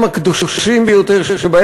חברי הכנסת, בעד, 48, 24 מתנגדים, אין נמנעים.